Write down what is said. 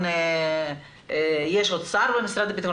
הביטחון יש עוד שר במשרד הביטחון,